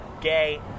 gay